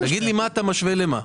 תגיד לי את מה אתה משווה למה.